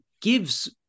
gives